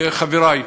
חברי,